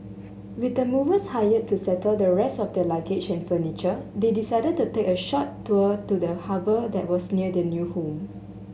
with the movers hired to settle the rest of their luggage and furniture they decided to take a short tour to the harbour that was near their new home